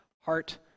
Heart